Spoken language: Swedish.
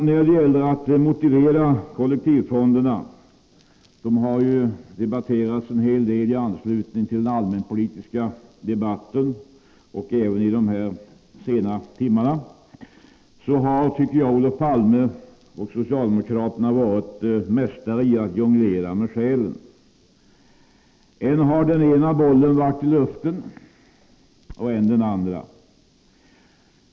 När det gäller att motivera kollektivfonderna — de har ju debatterats en hel del under den allmänpolitiska debatten — har Palme och socialdemokraterna varit mästare i att jonglera med skälen. Än har den ena bollen varit i luften än den andra.